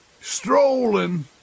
strolling